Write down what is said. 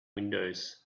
windows